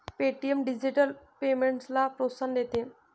Paytm digital पेमेंट्सला प्रोत्साहन देते